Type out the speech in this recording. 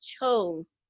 chose